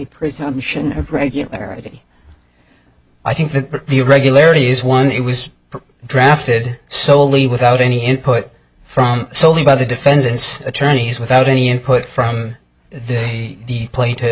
presumption of regularity i think that the irregularity is one it was drafted solely without any input from solely by the defendant's attorneys without any input from the